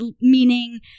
meaning